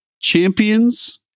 Champions